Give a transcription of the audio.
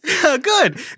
Good